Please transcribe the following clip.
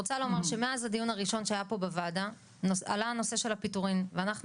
מאז הדיון הראשון שהיה פה בוועדה עלה הנושא של הפיטורים ואנחנו